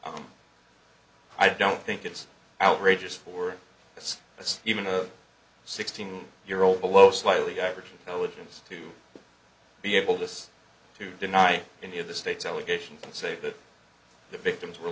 i'm i don't think it's outrageous for this it's even a sixteen year old below slightly average intelligence to be able this to deny any of the state's allegations and say that the victims were